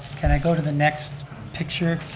can i go to the next picture?